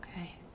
okay